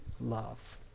love